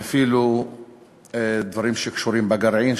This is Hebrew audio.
ואפילו דברים שקשורים בגרעין,